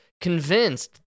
convinced